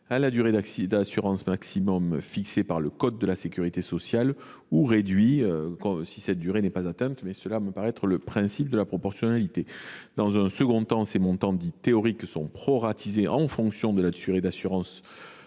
à la durée d’assurance maximum fixée par le code de la sécurité sociale, ou réduits, si cette dernière durée n’est pas atteinte. Cela me semble conforme au principe de proportionnalité. Dans un second temps, ces montants, dits théoriques, sont proratisés en fonction de la durée d’assurance